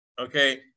Okay